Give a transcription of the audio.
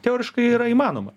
teoriškai yra įmanoma